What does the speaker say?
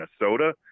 Minnesota